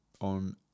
on